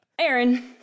Aaron